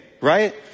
right